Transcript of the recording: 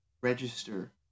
register